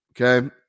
Okay